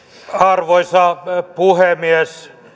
arvoisa puhemies